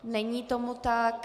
Není tomu tak.